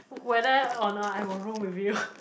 whether or not I will room with you